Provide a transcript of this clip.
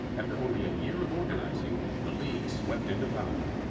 after only a year of organizing, the league swept into power.